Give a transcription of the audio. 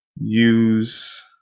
use